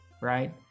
right